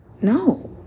no